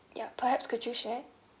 yup perhaps could you share